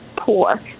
Poor